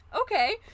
okay